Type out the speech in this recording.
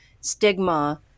stigma